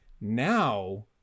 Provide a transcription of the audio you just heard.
Now